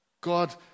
God